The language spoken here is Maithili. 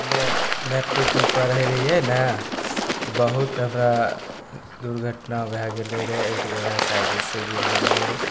हमे मैट्रिकमे पढ़ै रहिए ने तऽ बहुत हमरा दुर्घटना भै गेलै रहै एक जगह साइकिलसे गिर गेलिए रहै